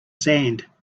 sand